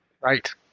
Right